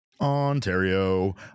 Ontario